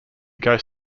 goes